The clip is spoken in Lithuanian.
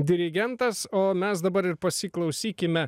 dirigentas o mes dabar ir pasiklausykime